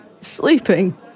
Sleeping